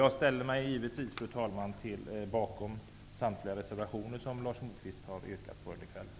Jag ställer mig givetvis bakom samtliga de reservationer som Lars Moquist har yrkat bifall till.